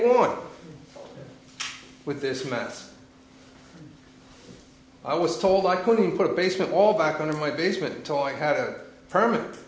one with this mess i was told i couldn't put a basement wall back on in my basement until i had a permanent